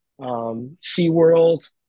SeaWorld